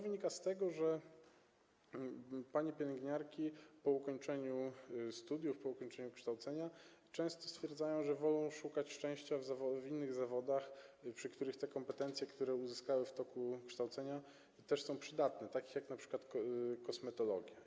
Wynika to z tego, że panie pielęgniarki po ukończeniu studiów, po ukończeniu kształcenia często stwierdzają, że wolą szukać szczęścia w innych zawodach, w przypadku których kompetencje, które uzyskały w toku kształcenia, też są przydatne, takich jak np. kosmetologia.